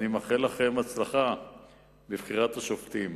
אני מאחל לכם הצלחה בבחירת השופטים.